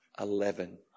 Eleven